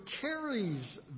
carries